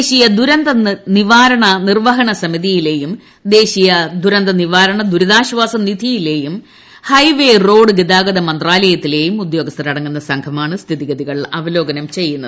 ദേശീയ ദുരന്തനിവാരണ നിർവ്വഹണ സമിതിയിലേയും ദേശീയ ദുരന്തനിവാരണ ദുരിതാശ്വാസ നിധിയിലേയും ഹൈവേ റോഡ് ഗതാഗതമന്ത്രാലയത്തിലേയും ഉദ്യോഗസ്ഥരടങ്ങുന്ന സംഘമാണ് സ്ഥിതി ഗതികൾ അവലോകനം ചെയ്യുന്നത്